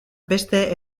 beste